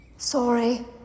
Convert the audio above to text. Sorry